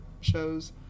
shows